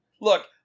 Look